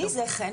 מי זה, חן?